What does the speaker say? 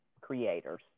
creators